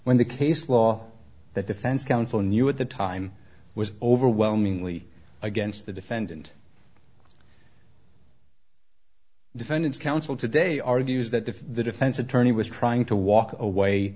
when the case law that defense counsel knew at the time was overwhelmingly against the defendant defendant's counsel today argues that if the defense attorney was trying to walk away